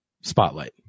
spotlight